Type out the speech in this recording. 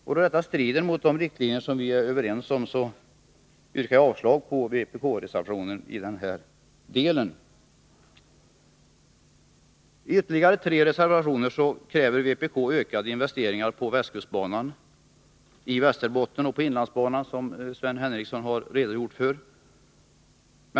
Då detta strider mot de riktlinjer vi är överens om yrkar jag avslag på vpk-reservationen i den delen. I ytterligare tre reservationer kräver vpk ökade investeringar på västkustbanan, i Västerbotten och på inlandsbanan, som Sven Henricsson redogjort för.